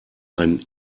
ein